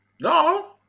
No